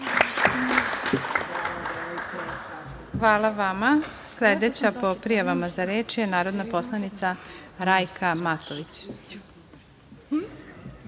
Hvala vama. Sledeća po prijavama za reč je narodna poslanica Rajka